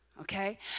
Okay